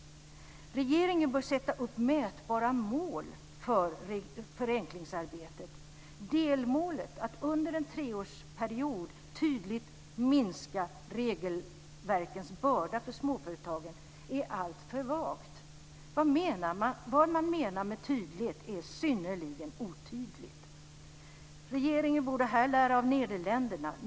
Regeringen bör sätta upp mätbara mål för förenklingsarbetet. Delmålet att under en treårsperiod tydligt minska regelverkens börda för småföretagen är alltför vagt. Vad man menar med tydligt är synnerligen otydligt. Regeringen borde här lära av Nederländerna.